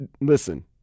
Listen